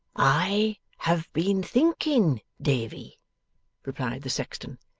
i have been thinking, davy replied the sexton,